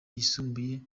yisumbuye